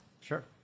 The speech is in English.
Sure